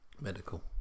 medical